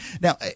Now